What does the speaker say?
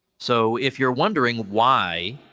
so, if you're wondering why,